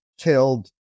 killed